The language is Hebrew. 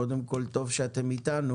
קודם כל טוב שאתן איתנו,